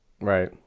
Right